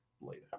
later